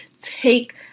take